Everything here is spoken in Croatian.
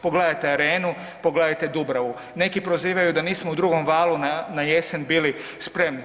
Pogledajte Arenu, pogledajte Dubravu, neki prozivaju da nismo u drugom valu na jesen bili spremni.